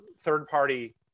third-party